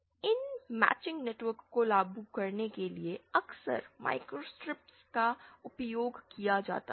इन matching network को लागू करने के लिए अक्सर माइक्रोस्ट्रिप्स का उपयोग किया जाता है